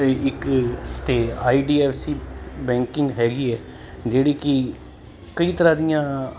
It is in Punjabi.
ਇੱਕ ਤਾਂ ਆਈਡੀਐੱਫ ਸੀ ਬੈਂਕਿੰਗ ਹੈਗੀ ਹੈ ਜਿਹੜੀ ਕਿ ਕਈ ਤਰ੍ਹਾਂ ਦੀਆਂ